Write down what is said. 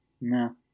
No